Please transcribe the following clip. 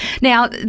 Now